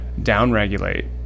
downregulate